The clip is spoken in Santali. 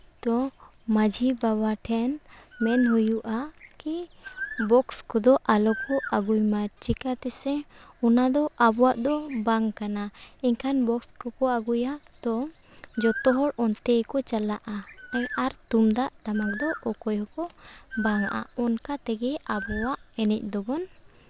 ᱛᱚ ᱢᱟᱺᱡᱷᱤ ᱵᱟᱵᱟ ᱴᱷᱮᱱ ᱢᱮᱱ ᱦᱩᱭᱩᱜᱼᱟ ᱠᱤ ᱵᱚᱠᱥ ᱠᱚᱫᱚ ᱟᱞᱚ ᱠᱚ ᱟᱹᱜᱩᱭ ᱢᱟ ᱪᱤᱠᱟᱹᱛᱮᱥᱮ ᱚᱱᱟ ᱫᱚ ᱟᱵᱚᱣᱟᱜ ᱫᱚ ᱵᱟᱝ ᱠᱟᱱᱟ ᱮᱱᱠᱷᱟᱱ ᱵᱚᱠᱥ ᱠᱚᱠᱚ ᱟᱹᱜᱩᱭᱟ ᱛᱚ ᱡᱚᱛᱚ ᱦᱚᱲ ᱚᱱᱛᱮ ᱜᱮᱠᱚ ᱪᱟᱞᱟᱜᱼᱟ ᱩᱱ ᱟᱨ ᱛᱩᱢᱫᱟᱜ ᱴᱟᱢᱟᱠ ᱫᱚ ᱚᱠᱚᱭ ᱦᱚᱸᱠᱚ ᱵᱟᱝᱟᱜᱼᱟ ᱚᱱᱠᱟ ᱛᱮᱜᱮ ᱟᱵᱚᱣᱟᱜ ᱮᱱᱮᱡᱽ ᱫᱚᱵᱚᱱ